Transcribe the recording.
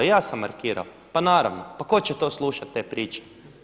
Pa i ja sam markirao, pa naravno, pa tko će to slušat te priče.